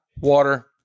water